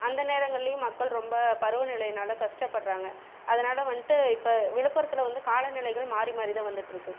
அந்த நேரங்களையும் மக்கள் ரொம்ப பருவநிலைனால் கஷ்டப்படுறாங்க அதனால் வந்திட்டு இப்போ விழுப்புரத்தில் வந்து காலநிலைகள் மாறி மாறிதான் வந்துட்டிருக்கு